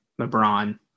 LeBron